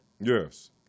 Yes